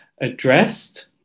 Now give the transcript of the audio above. addressed